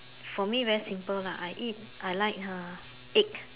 for me very simple lah I eat I like uh egg